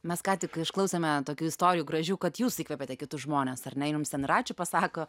mes ką tik išklausėme tokių istorijų gražių kad jūs įkvepiate kitus žmones ar ne jums ten ir ačiū pasako